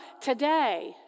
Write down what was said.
today